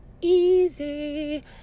easy